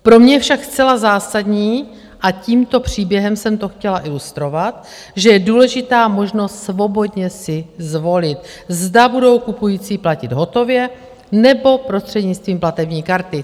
Pro mě je však zcela zásadní, a tímto příběhem jsem to chtěla ilustrovat, že je důležitá možnost svobodně si zvolit, zda budou kupující platit hotově nebo prostřednictvím platební karty.